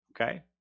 Okay